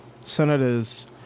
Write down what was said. senators